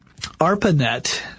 ARPANET